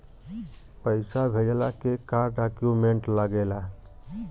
पैसा भेजला के का डॉक्यूमेंट लागेला?